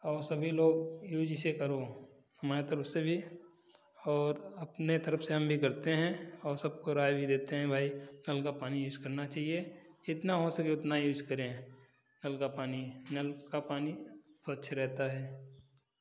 आउ सभी लोग यूज़ इसे करो मात्र उससे भी और अपने तरफ से हम भी करते हैं और सबको राय भी देते हैं भाई कल का पानी यूज़ करना चाहिए इतना हो सके उतना यूज़ करें नल का पानी नल का पानी स्वच्छ रहता है